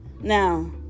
Now